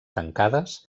tancades